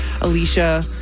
Alicia